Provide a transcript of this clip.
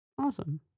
awesome